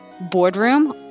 boardroom